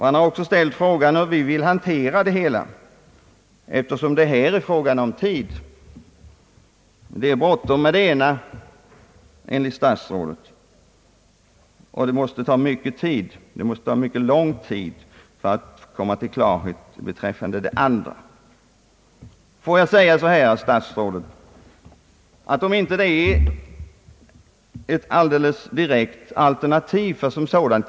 Han har också frågat hur vi vill handlägga detta problem, eftersom tidsfaktorn har så stor betydelse och det enligt statsrådet är så orimligt bråttom med kommunindelningsreformen medan det måste ta lång tid att nå klarhet i den andra frågan. Herr statsråd! Låt mig uttrycka mig så att även om vi inte betraktar läns Ang.